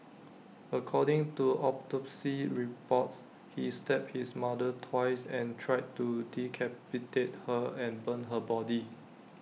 according to autopsy reports he stabbed his mother twice and tried to decapitate her and burn her body